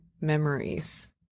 memories